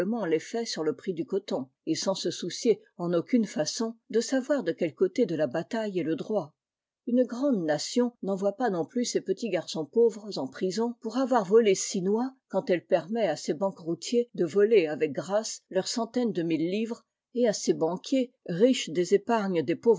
l'effet sur le prix du coton et sans se soucier en aucune façon de savoir de quel côté de la batailleestledroit i unegrandenationn'envoiepas non plus ses petits garçons pauvres en prison pour avoir volé six noix quand elle permet à ses banqueroutiers de voler avec grâce leurs centaines de mille livres et à ses banquiers riches des épargnes des